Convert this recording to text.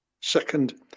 second